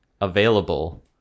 available